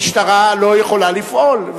המשטרה לא יכולה לפעול,